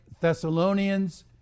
Thessalonians